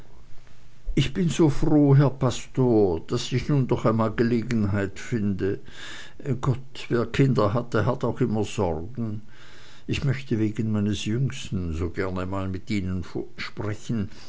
ich bin so froh herr pastor daß ich nun doch einmal gelegenheit finde gott wer kinder hat der hat auch immer sorgen ich möchte wegen meines jüngsten so gerne mal mit ihnen sprechen